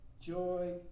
joy